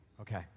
Okay